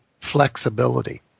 flexibility